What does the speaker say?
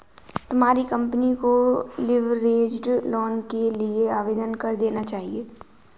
तुम्हारी कंपनी को leveraged loan के लिए आवेदन कर देना चाहिए